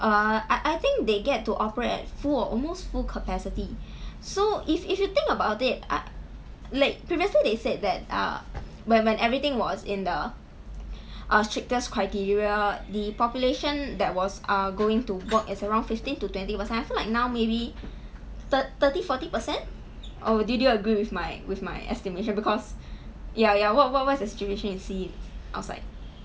uh I I think they get to operate at full or almost full capacity so if if you think about it uh like previously they said that uh when when everything was in the uh strictest criteria the population that was uh going to work is around fifteen to twenty percent I feel like now maybe thir~ thirty forty percent oh do do you agree with my with my estimation because ya ya what what is the situation you see outside